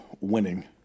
winning